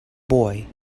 boy